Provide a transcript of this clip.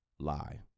lie